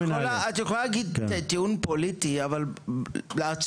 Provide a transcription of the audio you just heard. מיכאל מרדכי ביטון (יו"ר ועדת